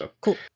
Cool